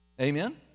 Amen